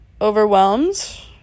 overwhelmed